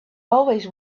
always